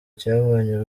cyabonye